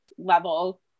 level